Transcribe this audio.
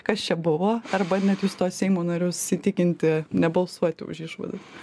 kas čia buvo arba net jūs tuos seimo narius įtikinti nebalsuoti už išvadas